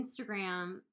Instagram